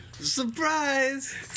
Surprise